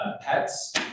pets